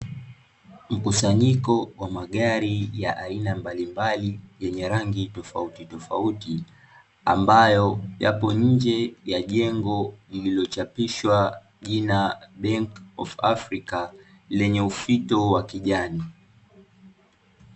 Mkusanyiko wa magari ya aina mbalimbali yenye rangi tofauti tofauti, ambayo yapo nje ya jengo lililo chapishwa jina BANK OF AFRICA lenye ufito wa kijani.